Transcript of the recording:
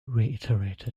reiterated